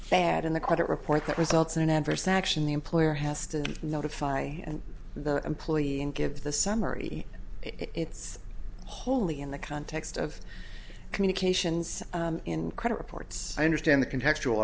bad in the credit report that results in an adverse action the employer has to notify the employee and give the summary it's wholly in the context of communications in credit reports i understand the contextual